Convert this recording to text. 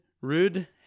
Rude